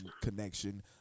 connection